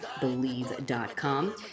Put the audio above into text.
believe.com